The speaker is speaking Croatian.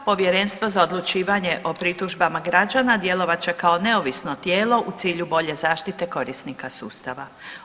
Povjerenstvo za odlučivanje o pritužbama građana djelovat će kao neovisno tijelo u cilju bolje zaštite korisnika sustava.